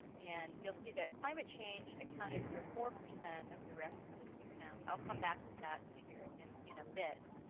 and you'll see that climate change accounted for four percent of the references we found. i'll come back to that figure in in a bit,